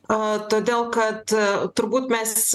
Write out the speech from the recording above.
a todėl kad turbūt mes